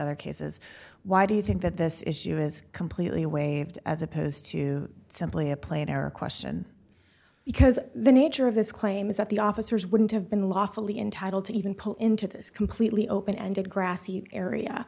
other cases why do you think that this issue is completely waived as opposed to simply a plane or a question because the nature of this claim is that the officers wouldn't have been lawfully entitled to even pull into this completely open ended grassy area